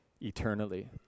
eternally